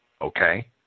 Okay